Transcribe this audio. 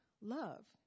love